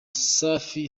safi